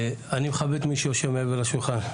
אני מכבד מי שיושב מעבר לשולחן,